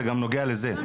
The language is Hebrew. זה גם נוגע לזה.